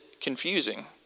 confusing